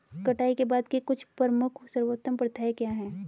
कटाई के बाद की कुछ प्रमुख सर्वोत्तम प्रथाएं क्या हैं?